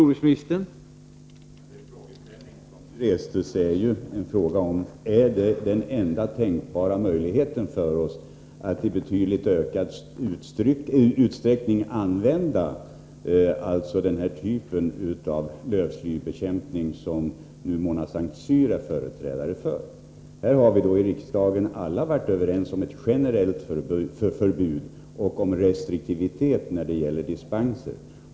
Herr talman! Den frågeställning som nu restes är: Är det den enda tänkbara möjligheten för oss att vi i betydligt ökad utsträckning använder den typ av lövslybekämpning som Mona Saint Cyr är företrädare för? Vi har alla i riksdagen varit överens om ett generellt förbud och om restriktivitet beträffande dispenser.